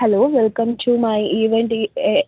hello welcome to my event E A